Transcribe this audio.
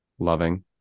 Loving